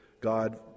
God